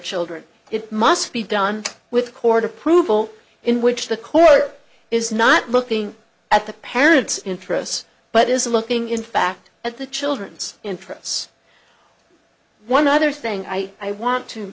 children it must be done with court approval in which the court is not looking at the parents interests but is looking in fact at the children's interests one other thing i want to